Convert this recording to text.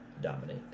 dominate